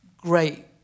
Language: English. great